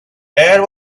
air